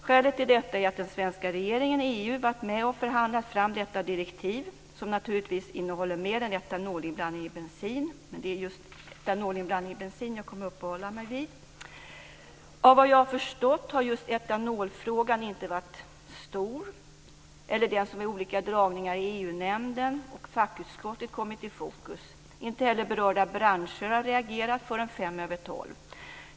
Skälet till detta är att den svenska regeringen i EU varit med och förhandlat fram detta direktiv, som naturligtvis innehåller mer än etanolinblandning i bensin. Men det är just etanolinblandning i bensin jag kommer att uppehålla mig vid. Av vad jag har förstått har just etanolfrågan inte varit stor och inte ens vid olika dragningar i EU nämnden och fackutskotten kommit i fokus. Inte heller berörda branscher har reagerat förrän fem över tolv.